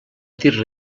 dir